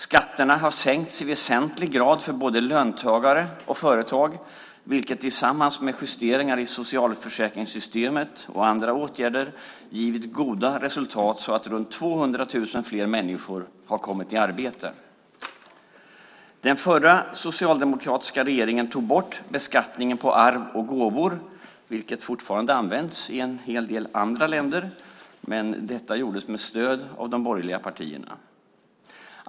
Skatterna har sänkts i väsentlig grad för både löntagare och företag, vilket tillsammans med justeringar i socialförsäkringssystemet och andra åtgärder givit goda resultat så att runt 200 000 fler människor har kommit i arbete. Den förra socialdemokratiska regeringen tog bort beskattningen på arv och gåvor, vilken fortfarande används i en hel del andra länder. Men detta gjordes med stöd av de borgerliga partierna.